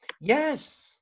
Yes